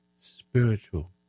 spiritual